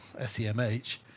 SEMH